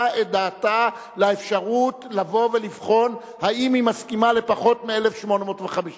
את דעתה על האפשרות לבוא ולבחון אם היא מסכימה לפחות מ-1,850,